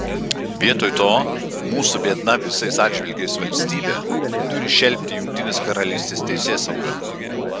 vietoj to mūsų biedna visais atžvilgiais valstybė turi šelpti jungtinės karalystės teisėsaugą